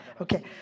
okay